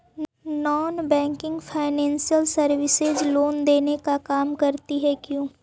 Non banking financial services loan देने का काम करती है क्यू?